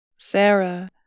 Sarah